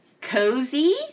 cozy